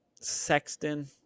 Sexton